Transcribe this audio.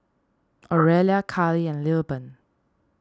Oralia Kylie and Lilburn